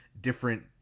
different